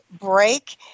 break